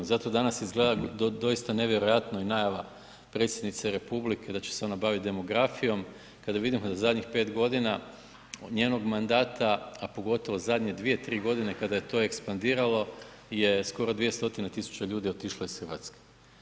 Zato danas izgleda doista nevjerojatno i najava predsjednice republike da će se ona baviti demografijom kada vidimo da zadnjih 5 godina njenog mandata, a pogotovo zadnje 2, 3 godine kada je to ekspandiralo je skoro 200.000 ljudi otišlo iz Hrvatske.